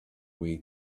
way